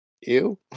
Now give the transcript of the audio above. Ew